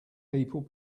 people